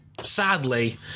Sadly